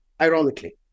ironically